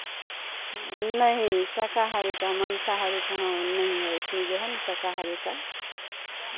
नहीं शाकाहारी का है मांसाहारी का हाँ नहीं है इसमें जो है ना शाकाहारी का